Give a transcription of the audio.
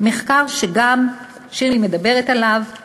מחקר שגם שירלי מהממ"מ מדברת עליו,